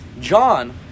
John